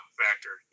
factor